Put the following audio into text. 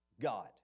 God